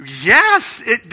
Yes